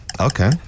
Okay